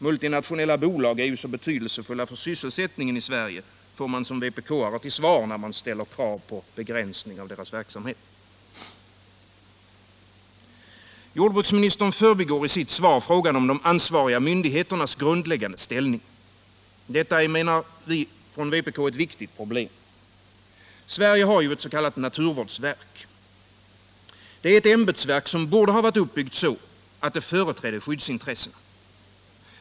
Multinationella bolag är ju så betydelsefulla för sysselsättningen i Sverige, får man som vpk-are till svar när man framställer krav på begränsning av deras verksamhet. Jordbruksministern förbigår i sitt svar frågan om de ansvariga myndigheternas grundläggande ställning. Detta är, menar vi från vpk, ett viktigt problem. Sverige har ju ett s.k. naturvårdsverk. Det är ett ämbetsverk, som borde ha varit uppbyggt så att det företrädde skyddsintressena.